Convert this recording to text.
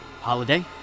Holiday